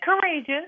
courageous